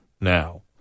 now